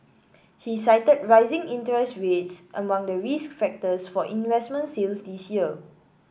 he cited rising interest rates among the risk factors for investment sales this year